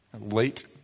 late